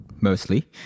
mostly